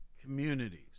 communities